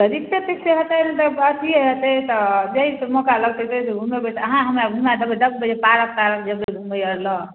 तऽ रिक्शे तिक्शे हेतै नहि तऽ अथिए हेतै तऽ जाहिसँ मौका लगतै ताहिमे घुमेबै तऽ अहाँ हमरा घुमा देबै जल्दी पार्क तार्क जेबै घुमै आओरलए